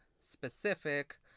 specific